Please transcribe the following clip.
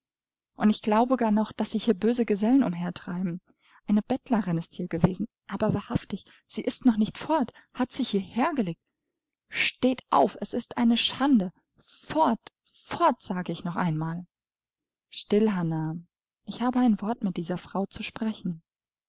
und ich glaube gar noch daß sich hier böse gesellen umhertreiben eine bettlerin ist hier gewesen aber wahrhaftig sie ist noch nicht fort hat sich hier hergelegt steht auf es ist eine schande fort fort sage ich noch einmal still hannah ich habe ein wort mit dieser frau zu sprechen